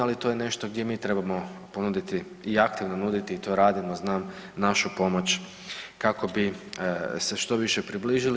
Ali to je nešto gdje mi trebamo ponuditi i aktivno nuditi i to radimo, znam našu pomoć kako bi se što više približili.